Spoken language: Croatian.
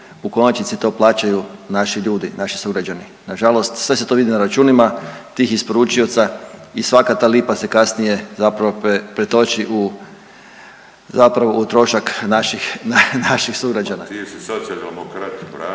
u konačnici to plaćaju naši ljudi, naši sugrađani. Na žalost sve se to vidi na računima tih isporučioca i svaka ta lipa se kasnije zapravo pretoči zapravo u trošak naših sugrađana.